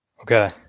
Okay